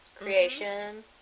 Creation